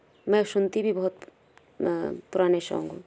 मैं सुनती भी बहुत पुराने सॉंग हूँ